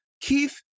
Keith